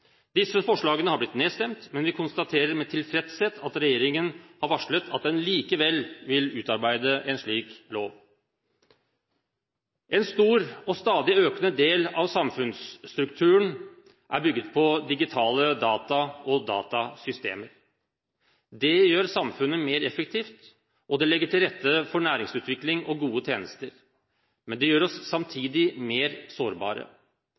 Disse forslagene har blitt nedstemt, men vi konstaterer med tilfredshet at regjeringen har varslet at den likevel vil utarbeide en slik lov. En stor og stadig økende del av samfunnsstrukturen er bygget på digitale data og datasystemer. Det gjør samfunnet mer effektivt, og det legger til rette for næringsutvikling og gode tjenester. Men det gjør oss samtidig mer sårbare.